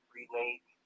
relate